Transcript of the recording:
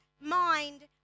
mind